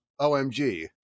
OMG